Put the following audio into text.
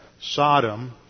Sodom